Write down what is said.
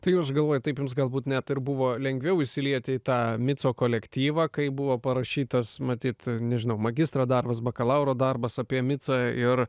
tai aš galvoju taip jums galbūt net ir buvo lengviau įsilieti į tą mico kolektyvą kai buvo parašytas matyt nežinau magistro darbas bakalauro darbas apie micą ir